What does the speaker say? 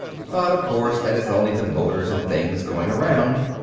but, of course, that is only the motors and things going around.